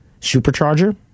supercharger